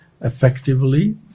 effectively